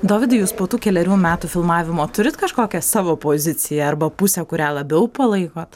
dovydai jūs po tų kelerių metų filmavimo turit kažkokią savo poziciją arba pusę kurią labiau palaikot